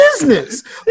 business